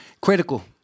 critical